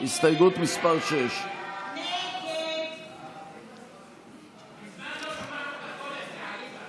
הסתייגות מס' 6. הסתייגות 6 לא נתקבלה.